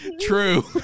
True